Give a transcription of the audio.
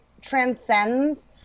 transcends